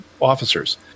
officers